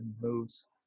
moves